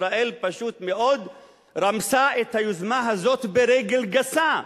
ישראל פשוט מאוד רמסה את היוזמה הזאת ברגל גסה,